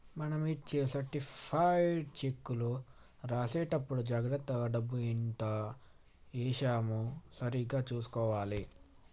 మనం ఇచ్చే సర్టిఫైడ్ చెక్కులో రాసేటప్పుడే జాగర్తగా డబ్బు ఎంత అని ఏశామో సరిగ్గా చుసుకోవాలే